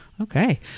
Okay